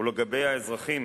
ולגבי האזרחים